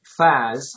Faz